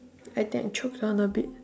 I think I choke on a bit